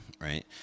right